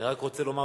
אני רק רוצה לומר,